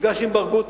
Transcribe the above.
נפגש עם ברגותי,